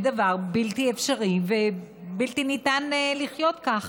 דבר בלתי אפשרי ובלתי ניתן לחיות כך.